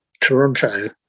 Toronto